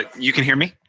you can hear me?